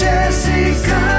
Jessica